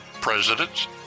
Presidents